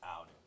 out